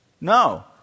no